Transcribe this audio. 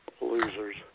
Losers